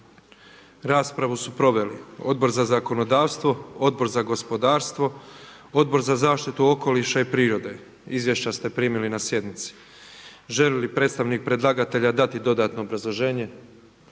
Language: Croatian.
Raspravu su proveli Odbor za zakonodavstvo, Odbor za gospodarstvo, Odbor za zaštitu okoliša i prirode. Izvješća ste primili na sjednici. Želi li predstavnik predlagatelja dati dodatno obrazloženje?